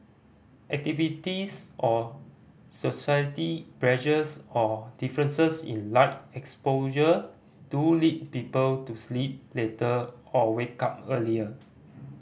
activities or society pressures or differences in light exposure do lead people to sleep later or wake up earlier